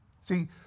See